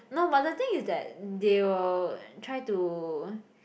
no but the thing is that they will try to